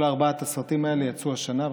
כל ארבעת הסרטים האלה יצאו השנה,